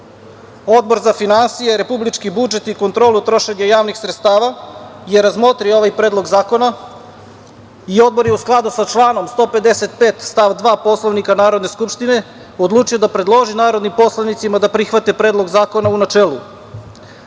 za finansije, republički budžet i kontrolu trošenja javnih sredstava, razmotrio je ovaj predlog zakona i Odbor je u skladu sa članom 155. stav 2. Poslovnika Narodne skupštine, odlučio da predloži narodnim poslanicima da prihvate predlog zakona u načelu. Deo